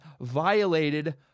violated